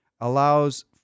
allows